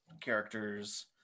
characters